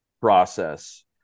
process